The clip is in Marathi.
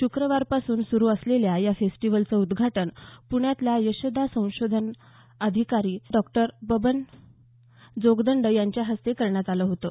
श्क्रवारपासून सुरू असलेल्या या फेस्टिव्हलचं उद्घाटन पृण्यातल्या यशदाचे संशोधन अधिकारी डॉक्टर बबन जोगदंड यांच्या हस्ते करण्यात आलं होतं